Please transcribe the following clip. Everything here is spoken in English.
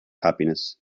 happiness